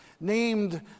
named